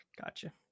Gotcha